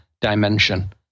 dimension